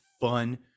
fun